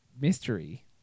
mystery